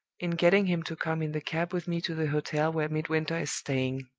in getting him to come in the cab with me to the hotel where midwinter is staying.